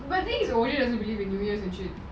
but the thing is only really really worth the trip